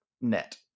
net